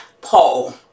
Paul